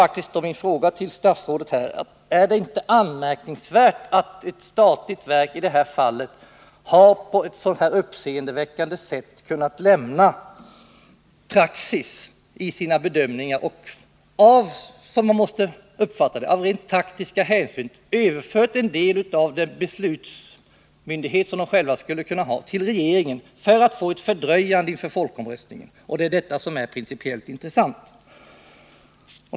Därför kvarstår min fråga till statsrådet: Är det inte anmärkningsvärt att som i det här fallet ett statligt verk på ett uppseendeväckande sätt har lämnat den praxis som tidigare gällt för verkets bedömningar och — som man måste uppfatta det — av rent taktiska hänsyn överfört en del av sin beslutanderätt till regeringen? Man har därmed velat åstadkomma ett fördröjande av ärendet med tanke på folkomröstningen, och det är detta som är det principiellt intressanta.